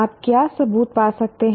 आप क्या सबूत पा सकते हैं